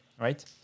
right